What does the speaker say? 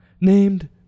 named